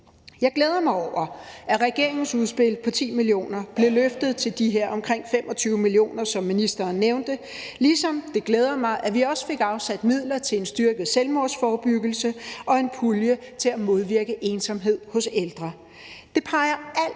Jeg glæder mig over, at regeringens udspil på 10 mio. kr. blev løftet til de her omkring 25 mio. kr., som ministeren nævnte, ligesom det glæder mig, at vi også fik afsat midler til en styrket selvmordsforebyggelse og en pulje til at modvirke ensomhed hos ældre. Det peger alt